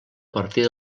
partir